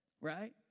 right